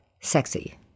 sexy